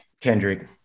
Kendrick